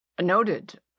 Noted